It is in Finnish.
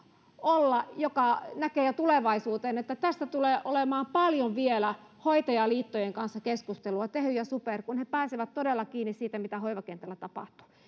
olla kun näkee jo tulevaisuuteen että tästä tulee olemaan paljon vielä keskustelua hoitajaliittojen kanssa tehyn ja superin kun he pääsevät todella kiinni siihen mitä hoivakentällä tapahtuu